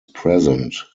present